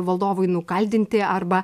valdovui nukaldinti arba